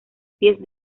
pies